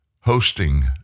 hosting